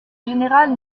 général